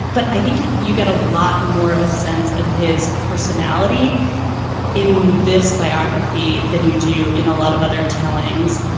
but i think you get a lot more of a sense of his personality in this biography than you do in a lot of other tellings,